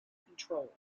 control